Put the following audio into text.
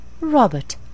Robert